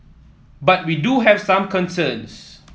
but we do have some concerns